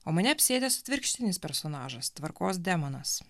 o mane apsėdęs atvirkštinis personažas tvarkos demonas